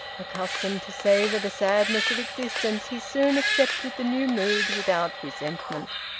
accustomed to savour the sadness of existence, he soon accepted the new mood without resentment.